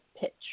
pitch